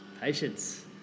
Patience